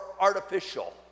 artificial